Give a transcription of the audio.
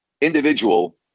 individual